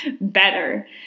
better